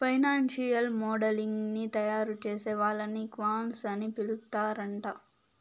financial modelling ని తయారుచేసే వాళ్ళని క్వాంట్స్ అని పిలుత్తరాంట